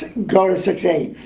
go to six eight.